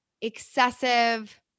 excessive